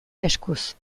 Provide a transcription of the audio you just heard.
eskuz